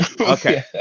Okay